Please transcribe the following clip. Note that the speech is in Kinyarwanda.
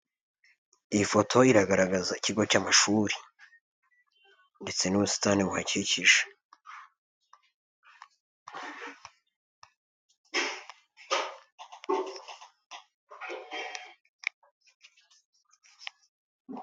Iyi foto iragaragaza ikigo cy'amashuri ndetse n'ubusitani buhakikije.